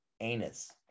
anus